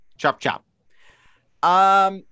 Chop-chop